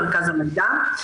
מרכז המידע.